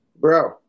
Bro